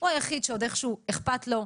הוא היחיד שעוד איכשהו אכפת לו,